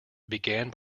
began